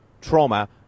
trauma